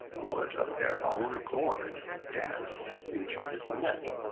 would of their own accord dance into his net,